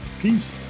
Peace